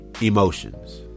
emotions